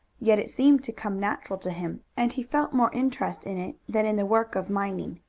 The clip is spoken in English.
yet it seemed to come natural to him, and he felt more interest in it than in the work of mining.